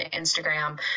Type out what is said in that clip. Instagram